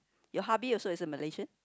your hubby also is a Malaysian